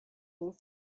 were